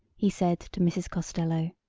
he said to mrs. costello.